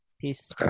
Peace